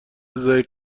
ضعیف